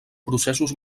processos